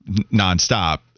nonstop